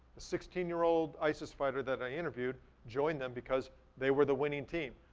sixteen year old isis fighter that i interviewed joined them because they were the winning team,